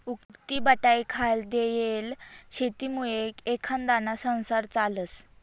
उक्तीबटाईखाल देयेल शेतीमुये एखांदाना संसार चालस